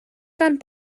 gan